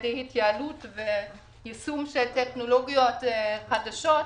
ידי התייעלות ויישום של טכנולוגיות חדשות.